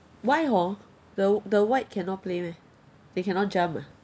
why hor the the white cannot play meh they cannot jump ah